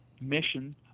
mission